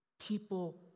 People